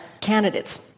candidates